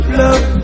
love